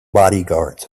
bodyguards